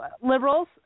liberals